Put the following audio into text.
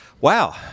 wow